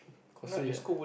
costly ah